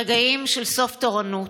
רגעים של סוף תורנות.